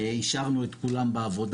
השארנו את כולם בעבודה.